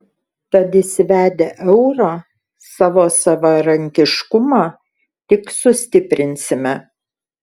tad įsivedę eurą savo savarankiškumą tik sustiprinsime